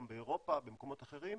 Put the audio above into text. גם באירופה ובמקומות אחרים,